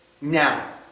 Now